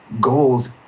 goals